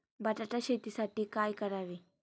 बटाटा शेतीसाठी काय करावे?